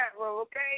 okay